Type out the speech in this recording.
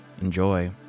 Enjoy